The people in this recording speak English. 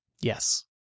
Yes